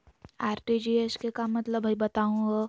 RTGS के का मतलब हई, बताहु हो?